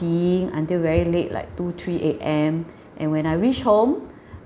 until very late like two three A_M and when I reach home